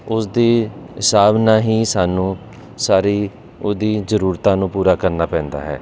ਉਸਦੀ ਹਿਸਾਬ ਨਾਲ ਹੀ ਸਾਨੂੰ ਸਾਰੀ ਉਹਦੀ ਜ਼ਰੂਰਤਾਂ ਨੂੰ ਪੂਰਾ ਕਰਨਾ ਪੈਂਦਾ ਹੈ